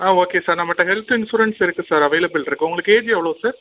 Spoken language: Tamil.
ஆ ஓகே சார் நம்மகிட்ட ஹெல்த்து இன்சூரன்ஸ் இருக்குது சார் அவைலபிள் இருக்குது உங்களுக்கு ஏஜி எவ்வளோ சார்